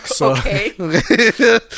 Okay